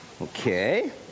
Okay